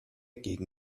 gegen